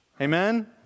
Amen